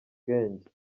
bwenge